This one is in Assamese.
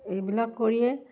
এইবিলাক কৰিয়ে